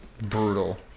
brutal